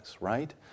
right